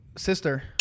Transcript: Sister